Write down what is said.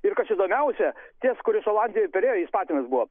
ir kas įdomiausia tas kuris perėjo olandijoj jis patinas buvo